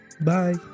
Bye